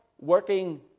working